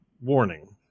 warning